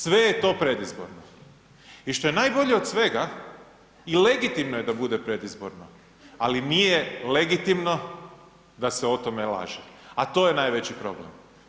Sve je to predizborno i što je najbolje od svega, i legitimno je da bude predizborno ali nije legitimno da se o tome laže a to je najveći problem.